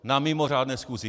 Na mimořádné schůzi.